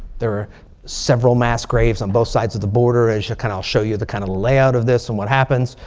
there are several mass graves on both sides of the border. as you can i'll show you the kind of layout of this and what happens.